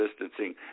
distancing